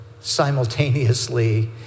simultaneously